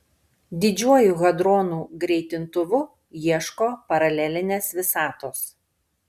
didžiuoju hadronų greitintuvu ieško paralelinės visatos